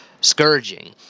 scourging